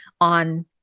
on